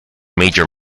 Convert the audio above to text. major